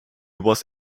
was